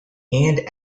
and